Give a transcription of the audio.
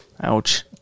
ouch